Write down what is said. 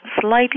slightly